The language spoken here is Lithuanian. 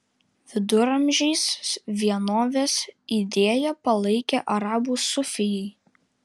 viduramžiais vienovės idėją palaikė arabų sufijai